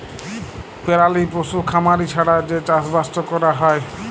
পেরালি পশু খামারি ছাড়া যে চাষবাসট ক্যরা হ্যয়